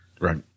Right